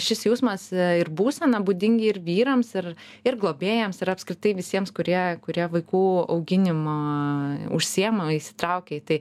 šis jausmas ir būsena būdingi ir vyrams ir ir globėjams ir apskritai visiems kurie kurie vaikų auginimo užsiima įsitraukia į tai